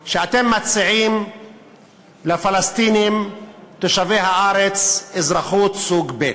בו שאתם מציעים לפלסטינים תושבי הארץ אזרחות סוג ב'.